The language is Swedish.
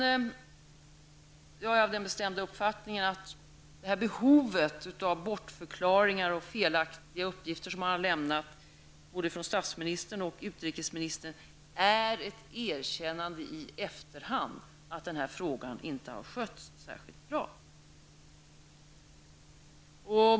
Jag är av den bestämda uppfattningen att detta behov av bortförklaringar och de felaktiga uppgifter som både statsministern och utrikesministern har lämnat innebär ett erkännande i efterhand av att frågan inte har skötts särskilt bra.